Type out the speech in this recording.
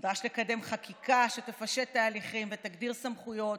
נדרש לקדם חקיקה שתפשט תהליכים ותגדיר סמכויות,